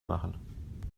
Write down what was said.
machen